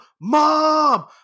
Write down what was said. mom